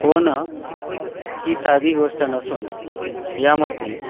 पोहणं ही साधी गोष्ट नसून यामध्ये